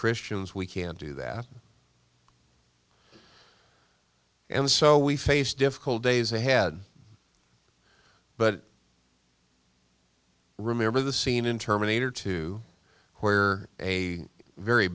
christians we can't do that and so we face difficult days ahead but remember the scene in terminator two where a very